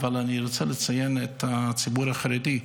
אבל אני רוצה לציין את הציבור החרדי,